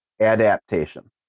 adaptation